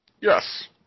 Yes